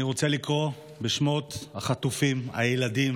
אני רוצה לקרוא בשמות החטופים, הילדים